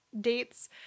dates